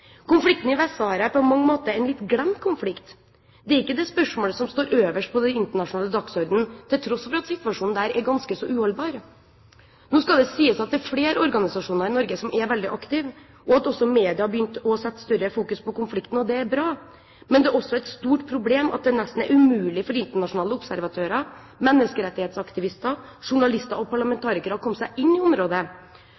Konflikten i Vest-Sahara er på mange måter en litt glemt konflikt. Det er ikke det spørsmålet som står øverst på den internasjonale dagsordenen, til tross for at situasjonen der er ganske så uholdbar. Nå skal det sies at det er flere organisasjoner i Norge som er veldig aktive, og at også media har begynt å sette større fokus på konflikten. Og det er bra. Men det er også et stort problem at det nesten er umulig for internasjonale observatører, menneskerettighetsaktivister, journalister og